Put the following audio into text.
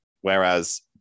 Whereas